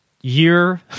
year